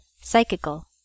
psychical